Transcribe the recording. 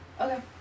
Okay